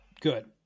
good